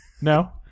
No